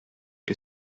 que